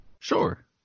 Sure